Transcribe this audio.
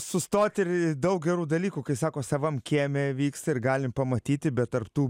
sustoti ir daug gerų dalykų kai sako savam kieme vyksta ir galim pamatyti bet tarp tų